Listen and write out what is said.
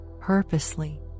purposely